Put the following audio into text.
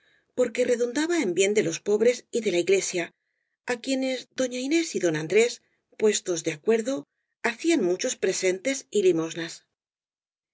porque redun daba en bien de los pobres y de la iglesia á quienes doña inés y don andrés puestos de acuerdo ha cían muchos presentes y limosnas